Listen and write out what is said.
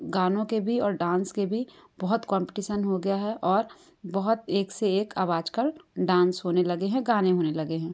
गानों के भी और डांस के भी बहुत कॉम्पटीसन हो गया है और बहुत एक से एक अब आजकल डांस होने लगे हैं गाने होने लगे हैं